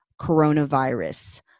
coronavirus